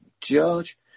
George